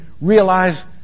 realize